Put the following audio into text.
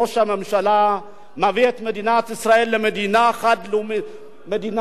ראש הממשלה מביא את מדינת ישראל למדינה דו-לאומית,